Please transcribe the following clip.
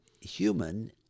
human